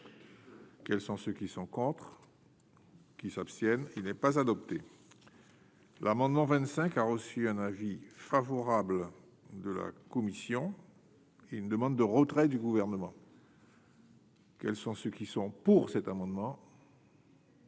quels sont ceux qui sont contre. Qui s'abstiennent, il n'est pas adopté l'amendement 25 a reçu un avis favorable de la commission et une demande de retrait du gouvernement. Quels sont ceux qui sont pour cet amendement.